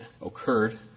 occurred